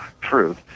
truth